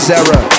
Zara